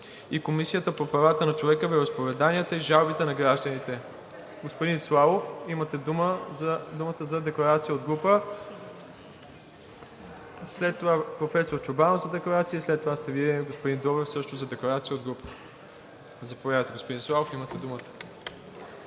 и Комисията по правата на човека, вероизповеданията и жалбите на гражданите. Господин Славов, имате думата за декларация от група. След това професор Чорбанов за декларация и след това сте Вие, господин Добрев, също за декларация от група. АТАНАС СЛАВОВ (ДБ):